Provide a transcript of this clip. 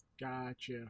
Gotcha